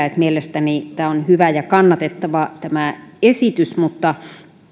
että mielestäni tämä esitys on hyvä ja kannatettava mutta